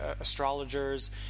astrologers